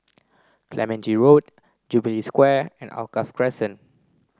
Clementi Road Jubilee Square and Alkaff Crescent